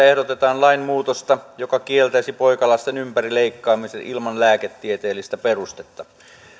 ehdotetaan lainmuutosta joka kieltäisi poikalasten ympärileikkaamisen ilman lääketieteellistä perustetta